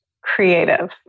creative